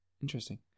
Interesting